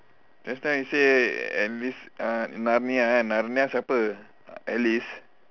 just now you say uh this uh narnia kan narnia siapa alice